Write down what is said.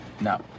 No